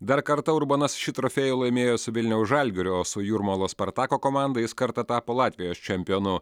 dar kartą urbonas šį trofėjų laimėjo su vilniaus žalgirio su jūrmalos spartako komanda jis kartą tapo latvijos čempionu